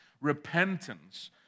repentance